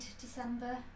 December